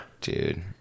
Dude